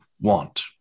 want